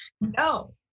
No